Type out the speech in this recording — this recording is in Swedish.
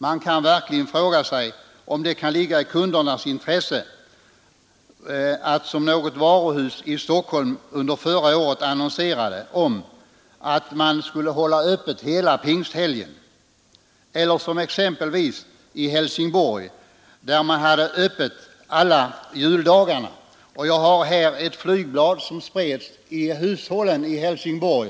Man kan verkligen fråga sig om det kan ligga i kundernas intresse att man — som något varuhus i Stockholm under förra året annonserade om — håller öppet hela pingsthelgen eller att man som exempelvis i Helsingborg har öppet alla juldagarna. Jag har här ett flygblad, som spreds till hushållen i Helsingborg.